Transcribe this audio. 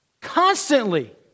Constantly